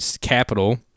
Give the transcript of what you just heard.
capital